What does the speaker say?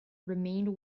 remained